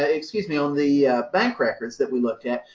ah excuse me, on the bank records that we looked at.